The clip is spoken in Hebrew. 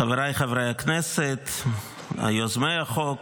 חבריי חברי הכנסת, יוזמי החוק